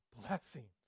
Blessings